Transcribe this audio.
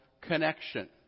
connection